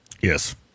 Yes